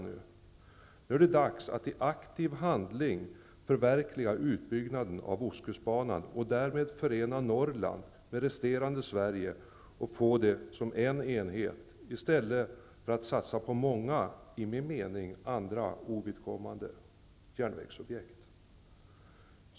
Nu är det dags att genom aktiv handling förverkliga utbyggnaden av Ostkustbanan för att därmed förena Norrland med resterande del av Sverige, så att det blir en enhet i stället för att satsa på många, enligt min mening, andra ovidkommande järnvägsobjekt.